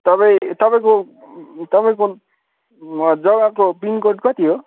तपाईँ तपाईँको तपाईँको जग्गाको पिनकोड कति हो